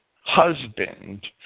husband